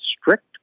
strict